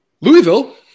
louisville